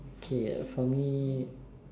okay for me